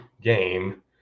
game